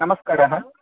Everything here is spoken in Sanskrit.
नमस्कारः